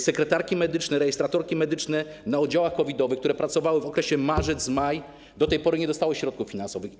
Sekretarki medyczne, rejestratorki medyczne na oddziałach COVID-owych, które pracowały w okresie marzec-maj, do tej pory nie dostały środków finansowych.